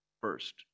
first